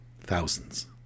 thousands